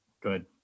Good